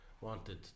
wanted